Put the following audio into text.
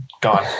gone